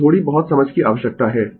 तो थोड़ी बहुत समझ की आवश्यकता है